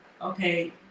okay